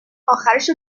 آخرشو